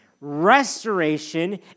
restoration